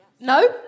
No